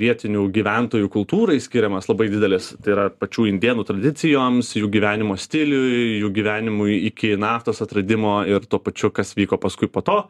vietinių gyventojų kultūrai skiriamas labai didelis tai yra pačių indėnų tradicijoms jų gyvenimo stiliui jų gyvenimui iki naftos atradimo ir tuo pačiu kas vyko paskui po to